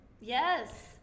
Yes